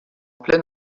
pleine